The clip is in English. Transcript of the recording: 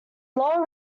lower